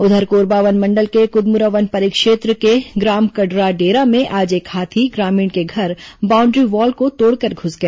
उधर कोरबा वनमंडल के कुदमुरा वन परिक्षेत्र के ग्राम कडराडेरा में आज एक हाथी ग्रामीण के घर बाउंड् ीवॉल को तोड़कर घुस गया